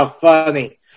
funny